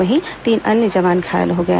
वहीं तीन अन्य जवान घायल हो गए